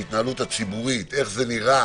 ההתנהלות הציבורית, איך זה נראה